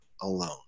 alone